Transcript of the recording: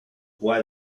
why